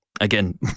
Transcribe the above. Again